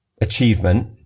Achievement